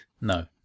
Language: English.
No